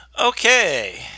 okay